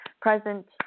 Present